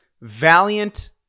valiant